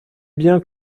bien